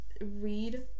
read